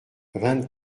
vingt